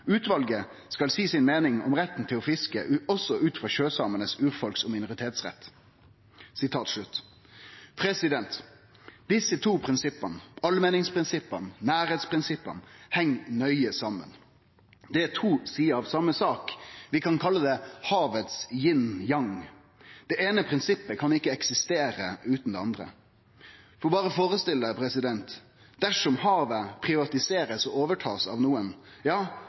Utvalget skal si sin mening om retten til fiske også ut fra sjøsamenes urfolks- og minoritetsrett.» Desse to prinsippa – allmenningsprinsippet og nærleiksprinsippet – heng nøye saman. Det er to sider av same sak. Vi kan kalle det havets yin og yang. Det eine prinsippet kan ikkje eksistere utan det andre. Ein kan berre førestille seg: Dersom havet blir privatisert og overtatt av nokon,